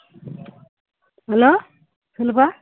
hello சொல்லுப்பா